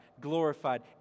glorified